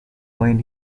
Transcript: when